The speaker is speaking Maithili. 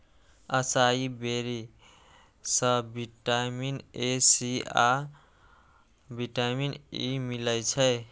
असाई बेरी सं विटामीन ए, सी आ विटामिन ई मिलै छै